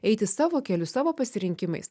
eiti savo keliu savo pasirinkimais